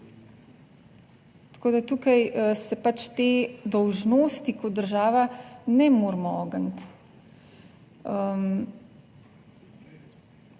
tukaj se pač te dolžnosti kot država ne moremo ogniti.